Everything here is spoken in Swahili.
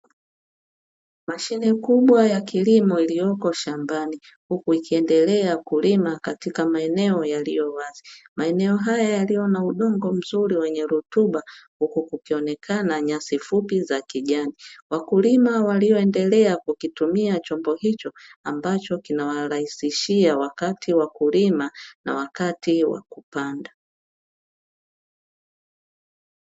Mashine kubwa ya kilimo iliyoko shambani huku ikiendelea kulima katika maeneo yaliyo wazi. Maeneo haya yaliyo na udongo mzuri wenye rutuba huku kukionekana nyasi fupi za kijani. Wakulima walioendelea kukitumia chombo hicho ambacho kinawarahisishia wakati wa kulima na wakati wa kupanda.